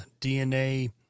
dna